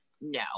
no